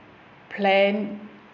plan